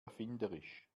erfinderisch